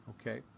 Okay